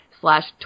slash